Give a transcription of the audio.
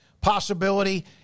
possibility